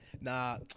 Nah